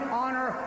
honor